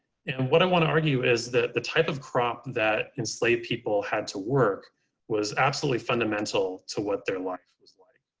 and what i want to argue is that the type of crop that enslaved people had to work was absolutely fundamental to what their life was like.